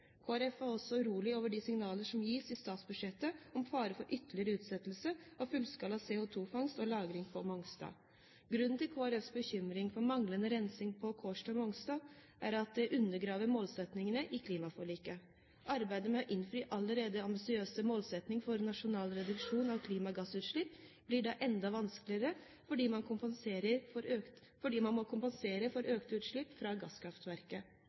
Folkeparti er også urolig for de signaler som gis i statsbudsjettet, om fare for ytterligere utsettelser av fullskala CO2-fangst og lagring på Mongstad. Grunnen til Kristelig Folkepartis bekymring for manglende rensing på Kårstø og Mongstad er at det undergraver målsettingene i klimaforliket. Arbeidet med å innfri allerede ambisiøse målsettinger for nasjonal reduksjon av klimagassutslipp blir nå enda vanskeligere fordi man må kompensere for økte utslipp fra